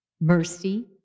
mercy